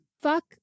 Fuck